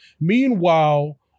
Meanwhile